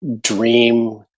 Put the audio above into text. dream